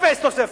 אפס תוספת.